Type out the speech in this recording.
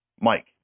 Mike